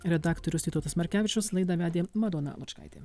redaktorius vytautas markevičius laidą vedė madona lučkaitė